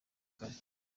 kare